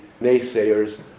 naysayers